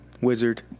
Wizard